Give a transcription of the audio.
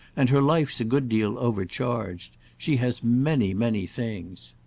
and her life's a good deal overcharged. she has many, many things.